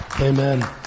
Amen